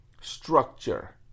structure